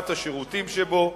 ורמת השירותים בו,